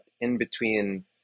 in-between